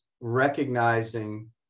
recognizing